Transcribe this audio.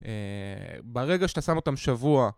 ברגע שאתה שם אותם שבוע